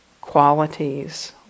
qualities